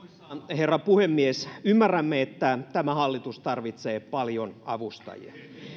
herra puhemies ymmärrämme että tämä hallitus tarvitsee paljon avustajia